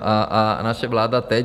A naše vláda teď?